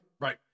right